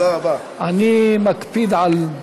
אני מקפיד.